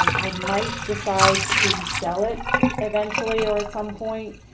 i might decide to sell it eventually or at some point,